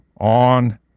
on